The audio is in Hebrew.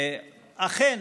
אכן,